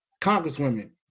congresswomen